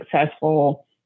successful